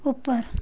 ऊपर